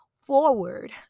forward